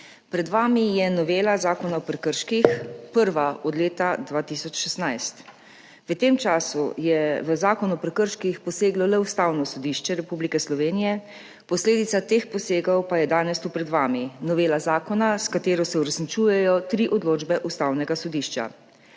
Pred vami je novela Zakona o prekrških, prva od leta 2016. V tem času je v Zakon o prekrških poseglo le Ustavno sodišče Republike Slovenije, posledica teh posegov pa je danes tu pred vami – novela zakona, s katero se uresničujejo tri odločbe Ustavnega sodišča.